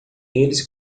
eles